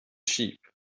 sheep